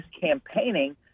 campaigning